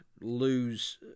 lose